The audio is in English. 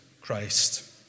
Christ